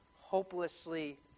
hopelessly